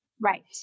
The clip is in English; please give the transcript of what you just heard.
Right